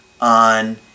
on